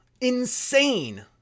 Insane